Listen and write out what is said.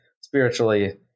spiritually